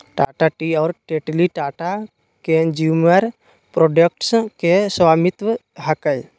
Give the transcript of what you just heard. Tata tea और Tetley Tata consumer products के स्वामित्व हकय